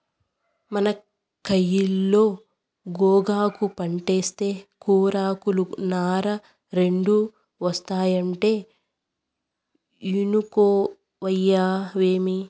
మన కయిలో గోగాకు పంటేస్తే కూరాకులు, నార రెండూ ఒస్తాయంటే ఇనుకోవేమి